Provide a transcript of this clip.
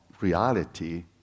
reality